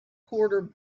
porter